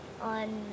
on